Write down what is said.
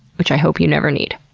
which i hope you never need.